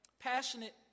Passionate